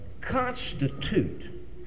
constitute